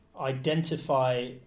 identify